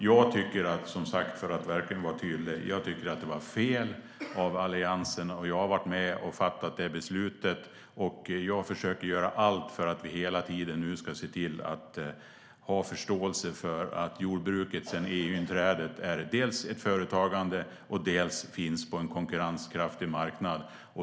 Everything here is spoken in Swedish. Jag ska verkligen vara tydlig. Jag tycker att det här var fel av Alliansen. Jag har varit med och fattat det beslutet, och jag försöker göra allt för att vi nu ska ha förståelse för att jordbruket sedan EU-inträdet dels är ett företagande, dels finns på en konkurrenskraftig marknad.